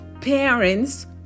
parents